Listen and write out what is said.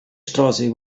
straße